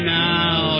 now